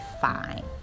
fine